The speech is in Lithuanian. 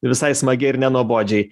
visai smagiai ir nenuobodžiai